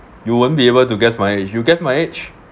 you won't be able to guess my age you guess my age